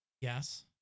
yes